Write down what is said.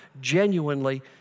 genuinely